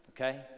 okay